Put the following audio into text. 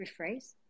Rephrase